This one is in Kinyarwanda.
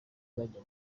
bajya